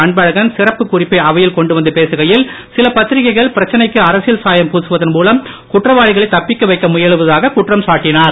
அன்பழகன் சிறப்புக் குறிப்பை அவையில் கொண்டு வந்து பேசுகையில் சில பத்திரிகைகள் பிரச்சனைக்கு அரசியல் சாயம் பூசுவதன் மூலம் குற்றவாளிகளை தப்பிக்க வைக்க முயலுவதாக குற்றம் சாட்டினார்